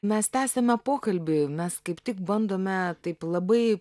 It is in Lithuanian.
mes tęsiame pokalbį mes kaip tik bandome taip labai